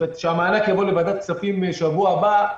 כשהמענק יבוא לוועדת הכספים בשבוע הבא,